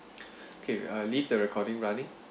okay uh leave the recording running